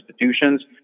institutions